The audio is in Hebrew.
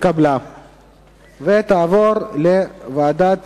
התקבלה ותועבר לוועדת